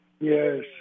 Yes